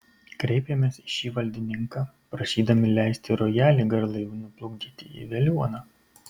kreipėmės į šį valdininką prašydami leisti rojalį garlaiviu nuplukdyti į veliuoną